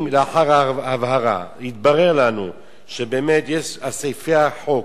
אם לאחר ההבהרה יתברר לנו שסעיפי החוק